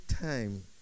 time